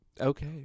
Okay